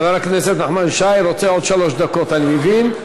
חבר הכנסת נחמן שי רוצה עוד שלוש דקות, אני מבין.